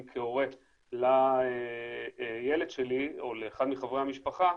כהורה לילד שלי או לאחד מחברי המשפחה,